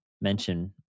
mention